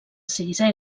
sisè